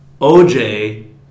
OJ